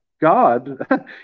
God